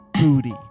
booty